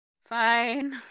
Fine